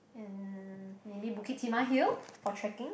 and maybe Bukit-Timah-Hill for trekking